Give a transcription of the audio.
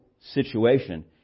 situation